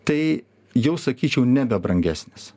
tai jau sakyčiau nebe brangesnis